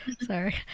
Sorry